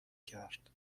کرد